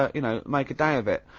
ah you know make a day of it.